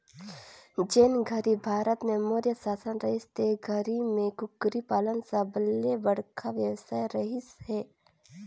जेन घरी भारत में मौर्य सासन रहिस ते घरी में कुकरी पालन सबले बड़खा बेवसाय रहिस हे